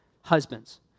husbands